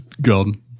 gone